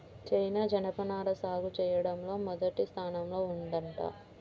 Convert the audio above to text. China జనపనార సాగు చెయ్యడంలో మొదటి స్థానంలో ఉందంట